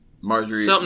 Marjorie